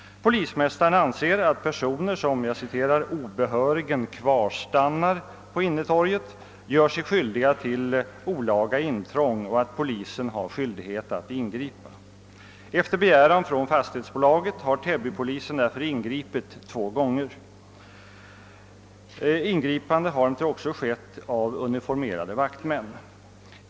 Polismästaren anser att personer som »obehörigen kvarstannar på innetorget» gör sig skyldiga till olaga intrång och att polisen har skyldighet att ingripa. Efter begäran från fastighetsbolaget har Täbypolisen ingripit två gånger. Ingripanden har också gjorts av uniformerade vaktmän.